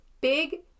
Big